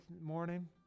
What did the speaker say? morning